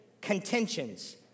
contentions